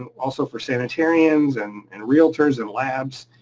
also for sanitarians and and realtors and labs.